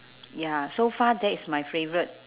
ya so far that is my favourite